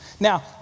Now